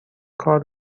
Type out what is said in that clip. کار